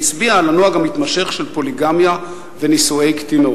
והצביעה על הנוהג המתמשך של פוליגמיה ונישואי קטינות.